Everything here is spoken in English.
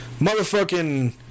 motherfucking